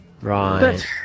right